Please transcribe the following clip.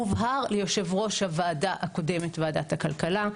הובהר ליושב ראש הוועדה הקודמת ועדת הכלכלה,